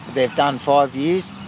they've done five years.